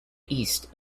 east